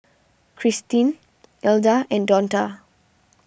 Cristine Ilda and Donta